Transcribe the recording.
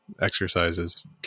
exercises